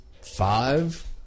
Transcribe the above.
five